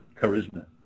charisma